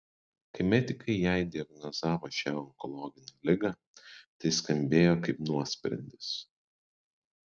kai medikai jai diagnozavo šią onkologinę ligą tai skambėjo kaip nuosprendis